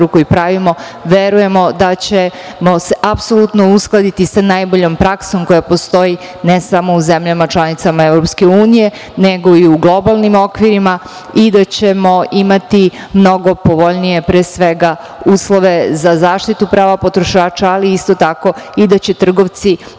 koji pravimo, verujemo da ćemo se apsolutno uskladiti sa najboljom praksom koja postoji ne samo u zemljama članicama EU, nego i u globalnim okvirima i da ćemo imati mnogo povoljnije, pre svega uslove za zaštitu prava potrošača, ali isto tako i da će trgovci na